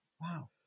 Wow